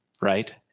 right